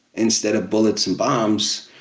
instead of bullets and bombs,